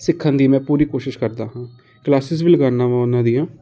ਸਿੱਖਣ ਦੀ ਮੈਂ ਪੂਰੀ ਕੋਸ਼ਿਸ਼ ਕਰਦਾ ਹਾਂ ਕਲਾਸਿਸ ਵੀ ਲਗਾਉਂਦਾ ਹਾਂ ਉਹਨਾਂ ਦੀਆਂ